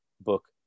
book